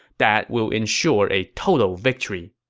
that will ensure a total victory.